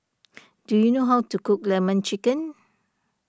do you know how to cook Lemon Chicken